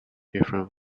different